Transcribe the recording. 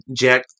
Jack